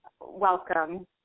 welcome